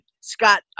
Scott